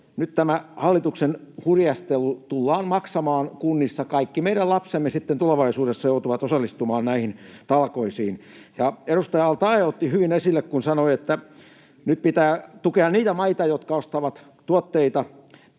nyt tämä hallituksen hurjastelu tullaan maksamaan kunnissa. Kaikki meidän lapsemme sitten tulevaisuudessa joutuvat osallistumaan näihin talkoisiin. Kun edustaja al-Taee otti hyvin esille, kun sanoi, että nyt pitää tukea niitä maita, jotka ostavat tuotteita,